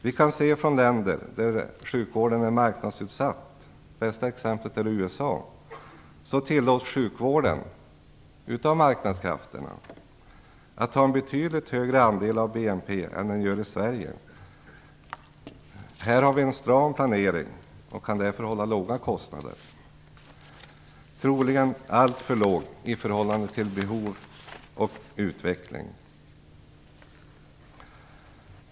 I länder där sjukvården är marknadsutsatt - bästa exemplet är USA - tillåts sjukvården, utan marknadskrafterna, ha en betydligt högre andel av BNP än vad som tillåts i Sverige. Här har vi en stram planering och kan därför hålla låga kostnader, troligen alltför låga i förhållande till behov och utveckling.